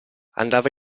andava